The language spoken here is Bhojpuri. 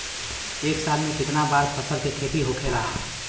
एक साल में कितना बार फसल के खेती होखेला?